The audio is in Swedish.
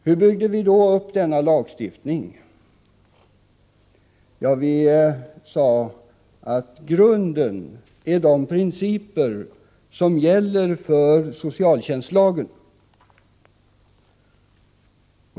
Hur byggde vi då upp denna lagstiftning? Vi sade att grunden är de principer som gäller för socialtjänstlagen.